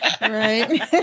right